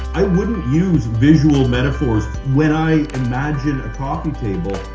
i wouldn't use visual metaphors. when i imagine a coffee table,